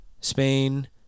Spain